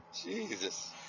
Jesus